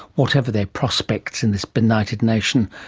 whatever their prospects in this benighted nation.